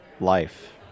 life